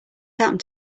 happened